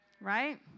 right